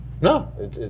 No